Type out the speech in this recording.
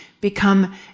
become